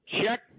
check